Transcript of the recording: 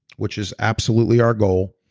which is absolutely our goal,